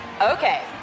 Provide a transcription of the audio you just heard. Okay